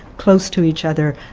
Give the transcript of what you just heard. close to each other,